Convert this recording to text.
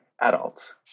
adults